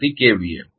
વી